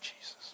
Jesus